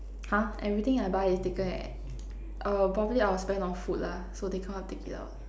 !huh! everything I buy is taken probably I will spend on food lah so they cannot take it out